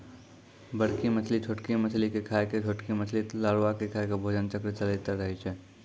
बड़की मछली छोटकी मछली के खाय के, छोटकी मछली लारवा के खाय के भोजन चक्र चलैतें रहै छै